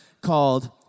called